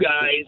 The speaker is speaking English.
guys